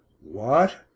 What